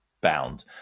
bound